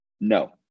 no